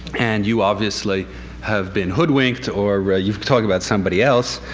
and you obviously have been hoodwinked or you've talked about somebody else.